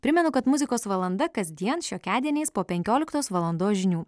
primenu kad muzikos valanda kasdien šiokiadieniais po penkioliktos valandos žinių